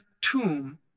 tomb